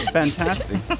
fantastic